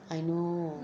I know